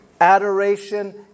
adoration